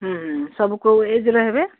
ହୁଁ ସବୁ କୋଉ ଏଜ୍ର ହେବେ